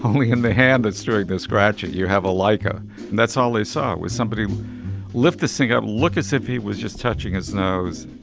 only him. the hand, that story, the scratch. you have a liko. and that's all i saw was somebody lift the cigar, look as if he was just touching his nose.